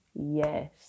yes